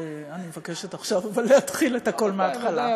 ועכשיו אני מבקשת להתחיל את הכול מהתחלה.